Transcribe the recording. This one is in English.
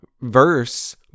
verse